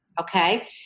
Okay